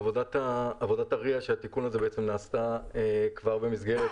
עבודת ה-RIA של התיקון הזה נעשתה כבר במסגרת